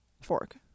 fork